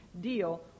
deal